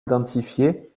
identifié